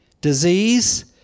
disease